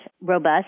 robust